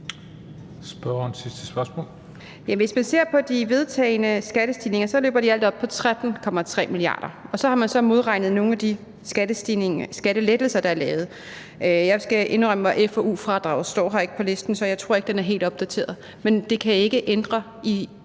Hvis man ser på de vedtagne skattestigninger, så løber de i alt op på 13,3 mia. kr., og så har man modregnet nogle af de skattelettelser, der er lavet. Jeg skal indrømme, at forsknings- og udviklingsfradraget ikke står her på listen, så jeg tror ikke, at den er helt opdateret. Men det kan ikke ændre det